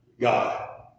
God